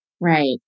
Right